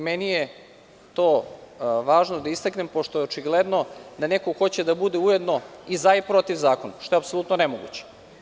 Meni je to važno da istaknem pošto očigledno neko hoće da bude ujedno i za i protiv zakona što je apsolutno nemoguće.